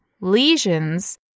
lesions